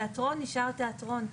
תיאטרון נשאר תיאטרון,